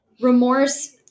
remorse